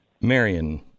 Marion